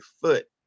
foot